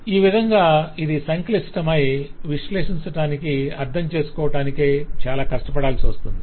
ఈ విధంగా ఇది సంక్లిష్టమై విశ్లేషించటానికి అర్ధంచేసుకోవటానికి చాలా కష్టపడవలసివస్తుంది